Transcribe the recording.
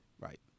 Right